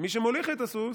ומי שמוליך את הסוס